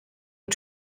und